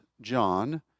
John